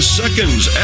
seconds